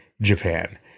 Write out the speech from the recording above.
japan